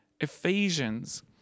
Ephesians